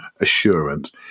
assurance